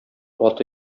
аты